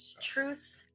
Truth